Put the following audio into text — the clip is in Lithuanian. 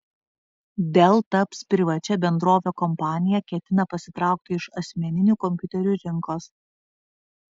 dell taps privačia bendrove kompanija ketina pasitraukti iš asmeninių kompiuterių rinkos